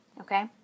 okay